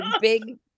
big